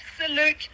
absolute